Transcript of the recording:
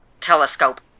telescope